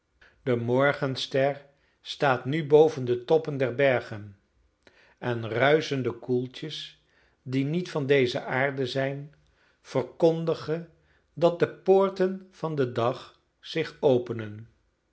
de morgenster staat nu boven de toppen der bergen en ruischende koeltjes die niet van deze aarde zijn verkondigen dat de poorten van den dag zich openen